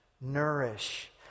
Nourish